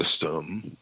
system